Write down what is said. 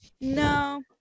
No